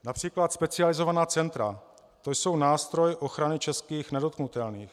Například specializovaná centra, to jsou nástroje ochrany českých nedotknutelných.